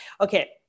Okay